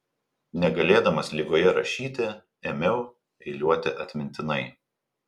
negalėdamas ligoje rašyti ėmiau eiliuoti atmintinai